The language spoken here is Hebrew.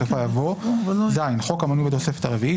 בסופה יבוא: "(ז) חוק המנוי בתוספת הרביעית,